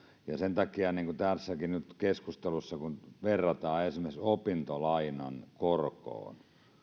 sen takia nyt tässäkin keskustelussa kun verrataan esimerkiksi opintolainan korkoon